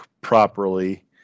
properly